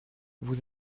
vous